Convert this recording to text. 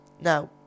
Now